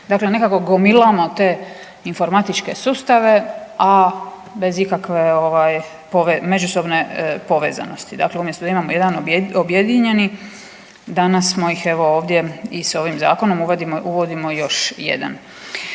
Dakle, nekako gomilamo te informatičke sustave, a bez ikakve međusobne povezanosti, dakle umjesto da imamo jedan objedinjeni danas smo ih evo ovdje i s ovim zakonom uvodimo još jedan.